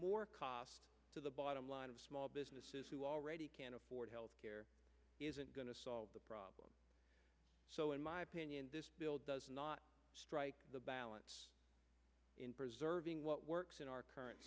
more cost to the bottom line of small businesses who already can't afford health care isn't going to solve the problem so in my opinion this bill does not strike the balance in preserving what works in our current